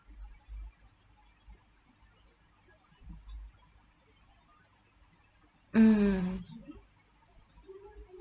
mm